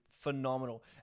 phenomenal